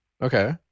Okay